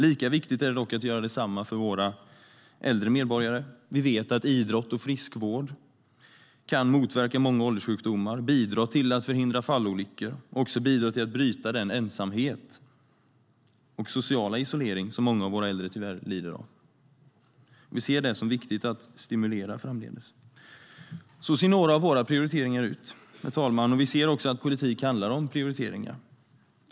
Lika viktigt är det dock att göra detsamma för våra äldre medborgare. Vi vet att idrott och friskvård kan motverka många ålderssjukdomar, bidra till att förhindra fallolyckor och bidra till att bryta den ensamhet och sociala isolering som många av våra äldre tyvärr lider av. Vi ser det som viktigt att stimulera det framdeles. Så ser några av våra prioriteringar ut, herr talman. Vi ser också att politik handlar om prioriteringar.